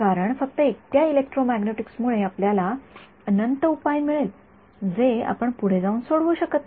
कारण फक्त एकट्या इलेक्ट्रोमॅग्नेटिक्समुळे आपल्याला अनंत उपाय मिळेल जे आपण पुढे सोडवू शकत नाही